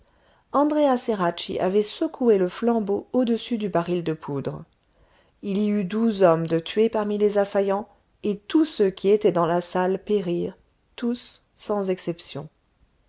ceracchi avait secoué le flambeau au-dessus du baril de poudre il y eut douze hommes de tués parmi les assaillants et tous ceux qui étaient dans la salle périrent tous sans exception